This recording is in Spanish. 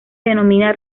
denomina